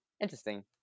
Interesting